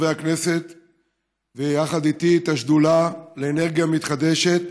את השדולה לאנרגיה מתחדשת